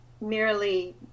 Merely